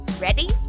Ready